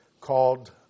called